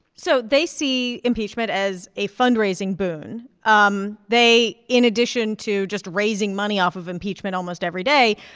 so they see impeachment as a fundraising boon. um they in addition to just raising money off of impeachment almost every day,